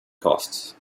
costs